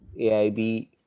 aib